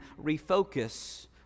refocus